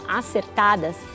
acertadas